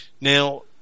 now